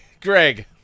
Greg